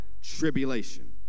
tribulation